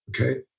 Okay